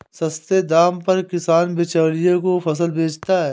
सस्ते दाम पर किसान बिचौलियों को फसल बेचता है